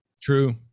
True